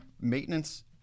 maintenance